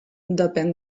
depèn